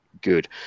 good